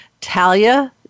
Talia